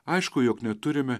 aišku jog neturime